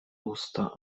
usta